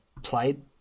played